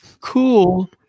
cool